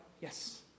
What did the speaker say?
Yes